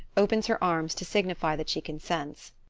opens her arms to signify that she consents.